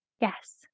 Yes